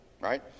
right